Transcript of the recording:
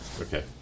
Okay